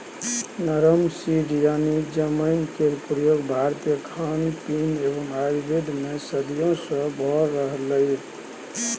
carrom seed यानी जमैन केर प्रयोग भारतीय खानपीन एवं आयुर्वेद मे सदियों सँ भ रहलैए